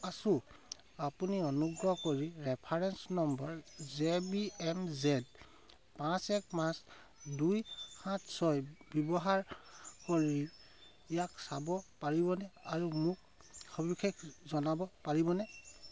আছোঁ আপুনি অনুগ্ৰহ কৰি reference number J B M Z পাঁচ এক পাঁচ দুই সাত ছয় ব্যৱহাৰ কৰি ইয়াক চাব পাৰিবনে আৰু মোক সবিশেষ জনাব পাৰিবনে